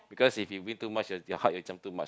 because if you win too much your heart will jump too much